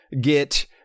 get